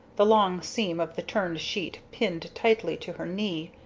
the long seam of the turned sheet pinned tightly to her knee,